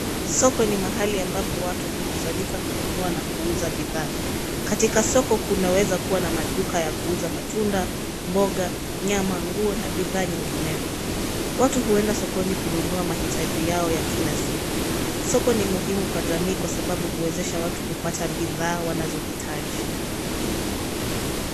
Soko ni mahali ambapo watu hukusanyika kununua na kuuza bidhaa. Katika soko, kunaweza kuwa na maduka ya kuuza matunda, mboga, nyama, nguo, na bidhaa nyinginezo. Watu huenda sokoni kununua mahitaji yao ya kila siku. Soko ni muhimu kwa jamii kwa sababu huwezesha watu kupata bidhaa wanazohitaji.